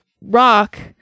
rock